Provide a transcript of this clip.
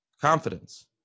confidence